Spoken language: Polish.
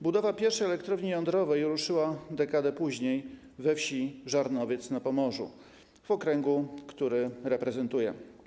Budowa pierwszej elektrowni jądrowej ruszyła dekadę później we wsi Żarnowiec na Pomorzu, w okręgu, który reprezentuję.